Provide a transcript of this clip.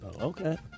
Okay